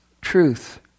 truth